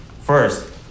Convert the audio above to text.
first